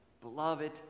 Beloved